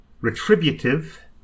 retributive